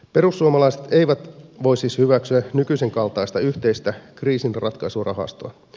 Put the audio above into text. perussuomalaiset eivät voi siis hyväksyä nykyisenkaltaista yhteistä kriisinratkaisurahastoa